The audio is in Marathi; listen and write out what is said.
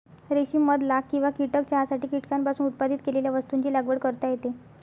रेशीम मध लाख किंवा कीटक चहासाठी कीटकांपासून उत्पादित केलेल्या वस्तूंची लागवड करता येते